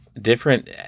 Different